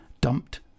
Dumped